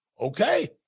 Okay